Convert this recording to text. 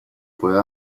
puede